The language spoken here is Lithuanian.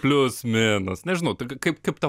plius minus nežinau tai ka kaip tau